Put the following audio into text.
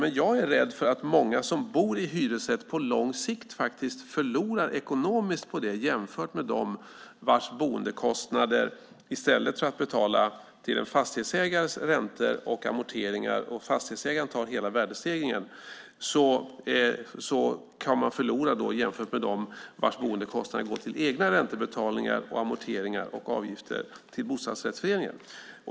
Jag är nämligen rädd för att många som bor i hyresrätt på lång sikt faktiskt förlorar ekonomiskt på det, eftersom deras boendekostnader går till en fastighetsägares räntor och amorteringar, medan fastighetsägaren tar hela värdestegringen. De som bor i hyresrätt kan förlora jämfört med dem vars boendekostnader går till egna räntebetalningar, amorteringar och avgifter till bostadsrättsföreningen.